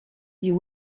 you